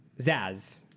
Zaz